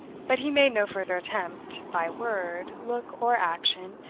but he made no further attempt, by word, look, or action,